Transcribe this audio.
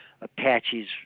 Apache's